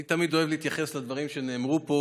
אני תמיד אוהב להתייחס לדברים שנאמרו פה,